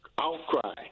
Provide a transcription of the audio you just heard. outcry